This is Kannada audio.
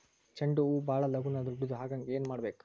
ಚಂಡ ಹೂ ಭಾಳ ಲಗೂನ ದೊಡ್ಡದು ಆಗುಹಂಗ್ ಏನ್ ಮಾಡ್ಬೇಕು?